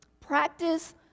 practice